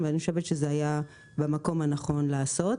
ואני חושבת שזה היה במקום הנכון לעשות.